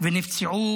ונפצעו